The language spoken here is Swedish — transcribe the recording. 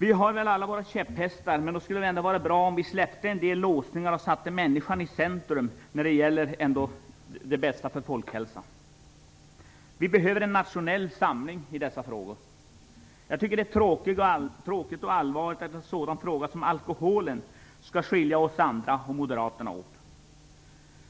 Vi har väl alla våra käpphästar, men nog skulle det ändå vara bra om vi släppte en del låsningar och satte människan i centrum när det gäller det bästa för folkhälsan. Vi behöver en nationell samling i dessa frågor. Jag tycker att det är tråkigt och allvarligt att en fråga som alkoholen skall skilja oss andra och Moderaterna åt.